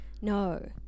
No